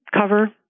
cover